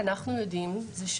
יודעים,